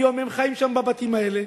היום הם חיים שם, בבתים האלה.